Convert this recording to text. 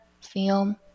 film